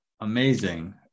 amazing